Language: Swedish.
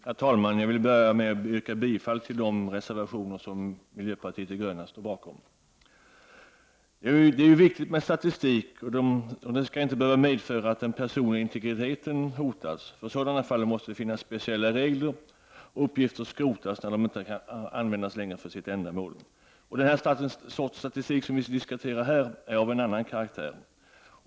Herr talman! Jag vill börja med att yrka bifall till de reservationer som miljöpartiet står bakom. Det är viktigt med statistik. Den skall inte behöva medföra att den personliga integriteten hotas. För sådana fall måste det finnas speciella regler som innebär att uppgifter skrotas när de har använts för avsett ändamål. Det slags statistik som vi nu behandlar är av en annan karaktär.